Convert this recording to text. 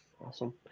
Awesome